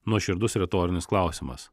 nuoširdus retorinis klausimas